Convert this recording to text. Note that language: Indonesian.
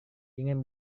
ingin